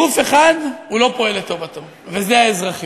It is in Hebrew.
גוף אחד, הוא לא פועל לטובתו, וזה האזרחים.